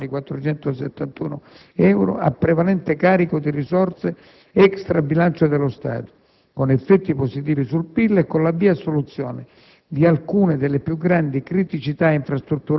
per circa complessivamente 11.471 milioni di euro, a prevalente carico di risorse extra bilancio dello Stato, con effetti positivi sul PIL e con l'avvio a soluzione